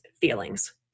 feelings